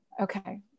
Okay